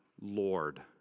Lord